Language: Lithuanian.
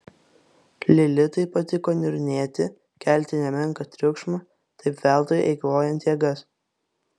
lilitai patiko niurnėti kelti nemenką triukšmą taip veltui eikvojant jėgas